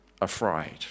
afraid